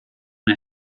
una